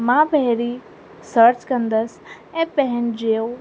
मां पहिरीं सर्च कंदसि ऐं पंहिंजो